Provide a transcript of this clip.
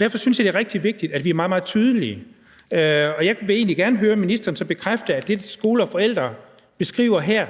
Derfor synes jeg, det er rigtig vigtigt, at vi er meget, meget tydelige, og jeg vil egentlig gerne høre ministeren bekræfte, at det, Skole og Forældre beskriver her,